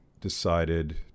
decided